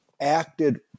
acted